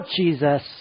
Jesus